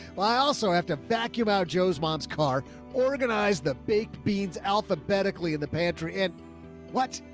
well, i also have to vacuum out joe's mom's car organize the big beads alphabetically in the pantry and what